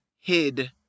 hid